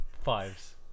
fives